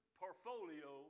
portfolio